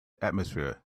atmosphere